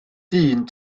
dyn